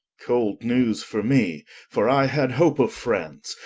cold newes for me for i had hope of france,